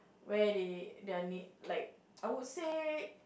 where they done it like I would say